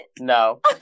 No